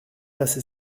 assez